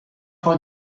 for